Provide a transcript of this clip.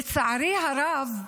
לצערי הרב,